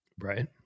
Right